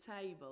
table